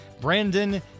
Brandon